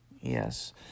Yes